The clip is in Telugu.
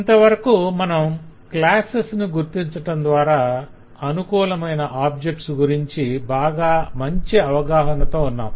ఇంతవరకు మనం క్లాసెస్ ను గుర్తించటం ద్వారా అనుకూలమైన ఆబ్జెక్ట్స్ గురించి బాగా మంచి అవగాహనతో ఉన్నాం